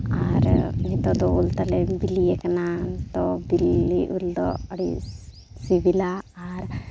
ᱟᱨ ᱱᱤᱛᱚᱜ ᱫᱚ ᱩᱞ ᱛᱟᱞᱮ ᱵᱤᱞᱤᱭ ᱟᱠᱟᱱᱟ ᱱᱤᱛᱚᱜ ᱵᱤᱞᱤ ᱩᱞ ᱫᱚ ᱟᱹᱰᱤ ᱥᱤᱵᱤᱞᱟ ᱟᱨ